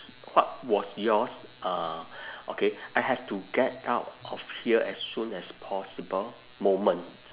what was yours uh okay I have to get out of here as soon as possible moment